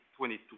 2022